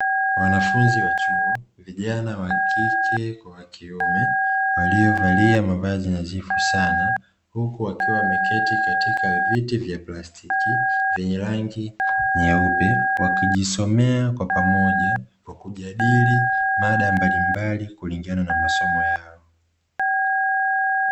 Wanafunzi wa chuo, vijana wa kike kwa wa kiume, waliovalia mavazi yanayefaa sana, huku wakiwa wamekaa katika viti vya plastiki vyenye rangi nyeupe, wakijisomea kwa pamoja, wakijadili mada mbalimbali kulingana na masomo yao.